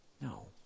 No